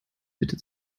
bitte